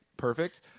perfect